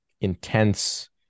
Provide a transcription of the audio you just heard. intense